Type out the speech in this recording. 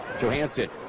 Johansson